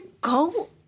go